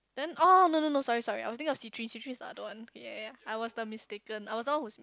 then oh no no no sorry sorry I was think of C three C three is another one yea yea I was the mistaken I was the one who